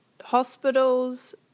hospitals